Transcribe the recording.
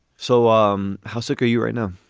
so um how sick are you right now?